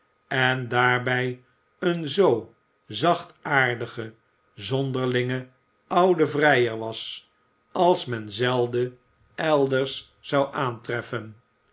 en daarbij een zoo zachtaardige zonderlinge oude vrijer was a s men zelden elders zou aantreffen